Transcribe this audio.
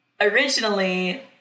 originally